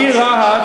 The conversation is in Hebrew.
העיר רהט,